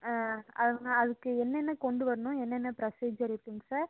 அதுக்கு என்னென்ன கொண்டு வரணும் என்னென்ன ப்ரொசீஜர் இருக்குதுங் சார்